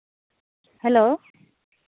hello